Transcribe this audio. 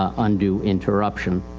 ah undue interruption.